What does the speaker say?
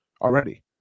already